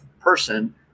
person